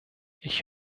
ich